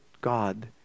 God